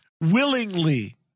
Willingly